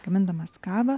gamindamas kavą